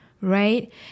right